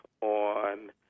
on